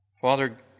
Father